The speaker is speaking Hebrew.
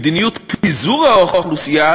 מדיניות פיזור האוכלוסייה